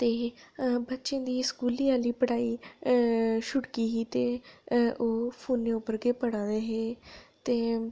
ते अ बच्चें दी स्कूलें आह्ली पढ़ाई अ छुड़की ही ते अ ओह् फोनै उप्पर गै पढ़ा दे हे ते